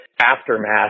aftermath